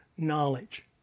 knowledge